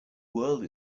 world